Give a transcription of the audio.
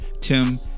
Tim